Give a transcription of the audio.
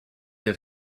des